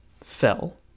fell